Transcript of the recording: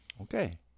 Okay